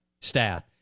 staff